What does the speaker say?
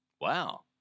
Wow